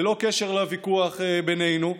ללא קשר לוויכוח בינינו,